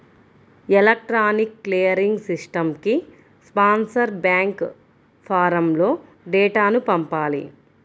electronic clearing సిస్టమ్కి sponsor bank ఫారమ్లో డేటాను పంపాలి